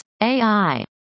AI